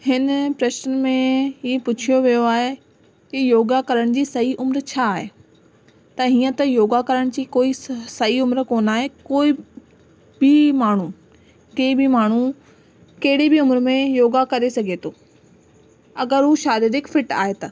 हिन प्रश्न में हीअ पुछियो वियो आहे की योगा करण जी सही उमिरि छा आहे त हीअं त योगा करण जी कोई सही उमिरि कोन्ह आहे कोई पी माण्हू के बि माण्हू कहिड़ी बि उमिरि में योगा करे सघे थो अगरि हूं शारीरिक फ़िट आहे त